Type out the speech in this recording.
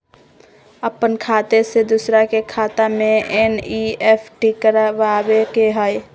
अपन खाते से दूसरा के खाता में एन.ई.एफ.टी करवावे के हई?